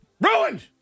Ruined